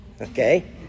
okay